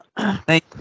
Thank